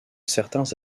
certains